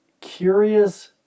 curious